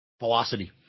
Velocity